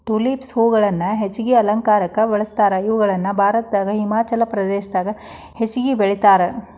tulips ಹೂಗಳನ್ನ ಹೆಚ್ಚಾಗಿ ಅಲಂಕಾರಕ್ಕ ಬಳಸ್ತಾರ, ಇವುಗಳನ್ನ ಭಾರತದಾಗ ಹಿಮಾಚಲ ಪ್ರದೇಶದಾಗ ಹೆಚ್ಚಾಗಿ ಬೆಳೇತಾರ